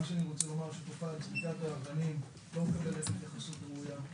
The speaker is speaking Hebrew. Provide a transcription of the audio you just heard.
מה שאני רוצה לומר שתופעת זריקת האבנים לא מקבלת התייחסות ראויה.